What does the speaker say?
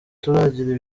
turagira